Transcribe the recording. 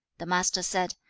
the master said,